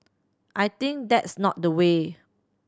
I think that's not the way